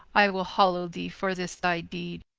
i will hallow thee for this thy deede,